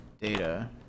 data